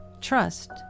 trust